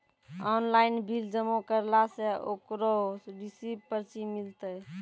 Online bill जमा करला से ओकरौ रिसीव पर्ची मिलतै?